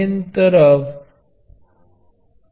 થી પ્રારંભ કરીએ છીએ